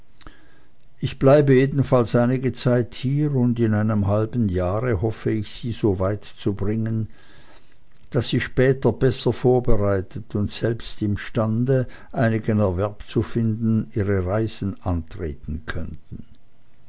ich bleibe jedenfalls einige zeit hier und in einem halben jahre hoffe ich sie so weit zu bringen daß sie später besser vorbereitet und selbst imstande einigen erwerb zu finden ihre reisen antreten könnten